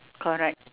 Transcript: correct